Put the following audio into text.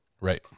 Right